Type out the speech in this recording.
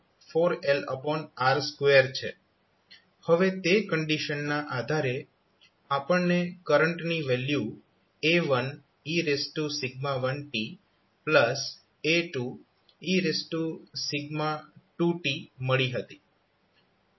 હવે તે કંડીશનના આધારે આપણને કરંટની વેલ્યુ A1e1tA2e2t મળી હતી